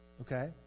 Okay